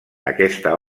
aquesta